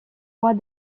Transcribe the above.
mois